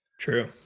True